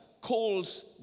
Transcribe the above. calls